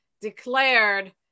declared